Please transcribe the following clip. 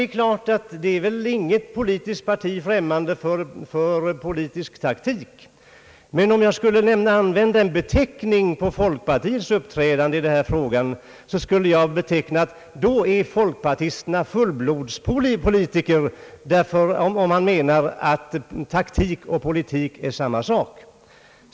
Självklart är inget politiskt parti främmande för politisk taktik, men om jag skulle vilja använda en beteckning på folkpartiets uppträdande i den här frågan, skulle jag vilja säga att folkpartisterna är fullblodspolitiker, om man menar att taktik och politik är samma sak.